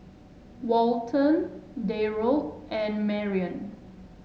Walton Darold and Marion